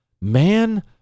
Man